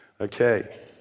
Okay